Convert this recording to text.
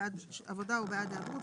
בעד עבודה או בעד היעדרות,